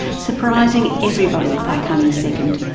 surprising everybody by coming second.